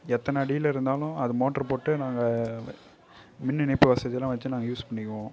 எத்தனை அடியில் இருந்தாலும் அது மோட்டர் போட்டு நாங்கள் மின் இணைப்பு வசதியெலாம் வச்சு நாங்கள் யூஸ் பண்ணிக்குவோம்